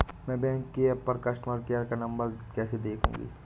मैं बैंक के ऐप पर कस्टमर केयर का नंबर कैसे देखूंगी?